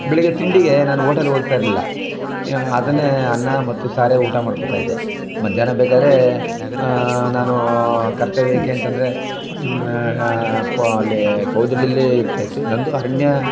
ಬೆಳಿಗ್ಗೆ ತಿಂಡಿಗೆ ನಾನು ಓಟೆಲ್ಗೆ ಹೋಗ್ತಾಯಿರ್ಲಿಲ್ಲ ನಾನು ಅದನ್ನೇ ಅನ್ನ ಮತ್ತು ಸಾರೇ ಊಟ ಮಾಡ್ಕೊತಾಯಿದ್ದೆ ಮಧ್ಯಾಹ್ನ ಬೇಕಾದರೆ ನಾನು ಕರ್ತವ್ಯಕ್ಕೆ ಅಂತಂದರೆ ಕೋ ಅಲ್ಲಿ ಕೌದಳ್ಳಿಲ್ಲೇ ಇರ್ತಾಯಿತ್ತು ನನ್ನದು ಅರಣ್ಯ